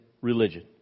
religion